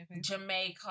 Jamaica